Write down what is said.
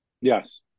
Yes